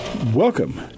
Welcome